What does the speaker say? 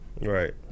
Right